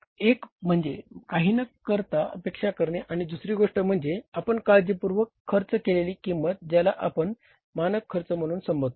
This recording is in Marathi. एक म्हणजे काहीही न करता अपेक्षा करणे आणि दुसरी गोष्ट म्हणजे आपण काळजीपूर्वक खर्च केलेली किंमत ज्याला आपण मानक खर्च म्हणून संबोधतो